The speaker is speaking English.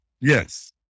Yes